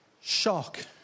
shock